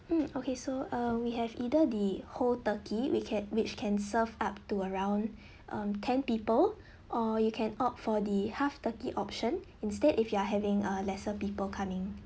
mm okay so uh we have either the whole turkey we can which can serve up to around um ten people or you can opt for the half turkey option instead if you are having uh lesser people coming